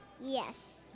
Yes